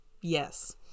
Yes